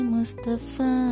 Mustafa